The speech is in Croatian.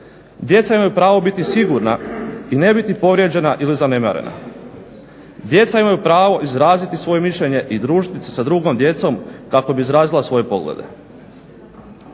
djeca imaju pravo biti sigurna i ne biti povrijeđena ili zanemarena, djeca imaju pravo izraziti svoje mišljenje i družiti se sa drugom djecom kako bi izrazila svoje poglede.